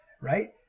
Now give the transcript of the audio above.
Right